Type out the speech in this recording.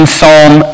Psalm